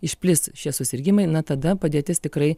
išplis šie susirgimai na tada padėtis tikrai